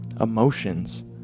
emotions